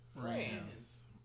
Friends